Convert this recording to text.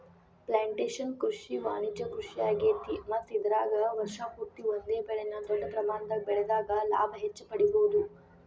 plantation ಕೃಷಿ ವಾಣಿಜ್ಯ ಕೃಷಿಯಾಗೇತಿ ಮತ್ತ ಇದರಾಗ ವರ್ಷ ಪೂರ್ತಿ ಒಂದೇ ಬೆಳೆನ ದೊಡ್ಡ ಪ್ರಮಾಣದಾಗ ಬೆಳದಾಗ ಹೆಚ್ಚ ಲಾಭ ಪಡಿಬಹುದ